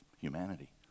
humanity